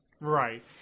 Right